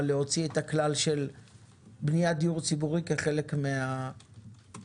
להוציא את הכלל של בניית דיור ציבורי כחלק מן השיווקים.